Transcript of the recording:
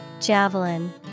Javelin